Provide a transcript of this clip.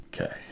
Okay